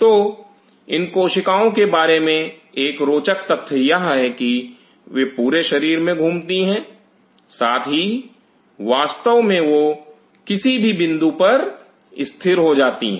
तो इन कोशिकाओं के बारे में एक रोचक तथ्य यह है कि वे पूरे शरीर में घूमती हैं साथ ही वास्तव में वह किसी भी बिंदु पर स्थिर हो जाती हैं